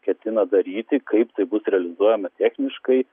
ketina daryti kaip tai bus realizuojama techniškai